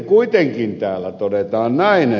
kuitenkin täällä todetaan näin